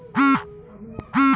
Account খুলির জন্যে কত টাকা নাগে?